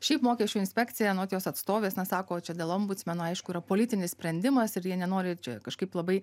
šiaip mokesčių inspekcija anot jos atstovės sako čia dėl ombucmeno aišku yra politinis sprendimas ir jie nenori čia kažkaip labai